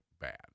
bad